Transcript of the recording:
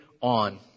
on